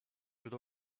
would